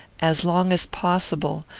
as long as possible,